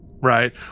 Right